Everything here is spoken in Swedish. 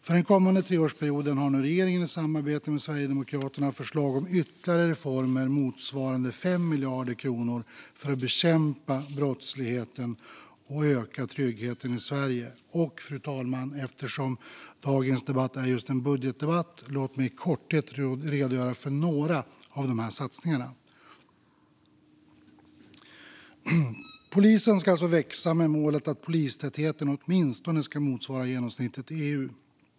För den kommande treårsperioden har regeringen i samarbete med Sverigedemokraterna förslag om ytterligare reformer motsvarande 5 miljarder kronor för att bekämpa brottsligheten och öka tryggheten i Sverige. Fru talman! Låt mig, eftersom dagens debatt är just en budgetdebatt, i korthet redogöra för några av dessa satsningar. Polismyndigheten ska växa med målet att polistätheten åtminstone ska motsvara genomsnittet i EU.